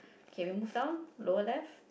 K we move down lower left